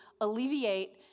alleviate